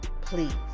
please